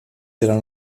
della